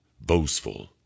boastful